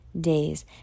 days